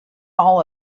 all